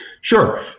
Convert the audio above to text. Sure